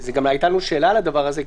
גם הייתה לנו שאלה על הדבר הזה,